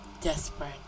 desperate